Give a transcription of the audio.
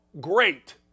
great